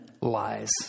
lies